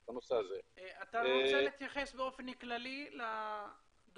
אתה רוצה להתייחס באופן כללי לדוח?